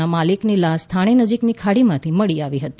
ના માલિકની લાશ થાણે નજીકની ખાડીમાંથી મળી આવી હતી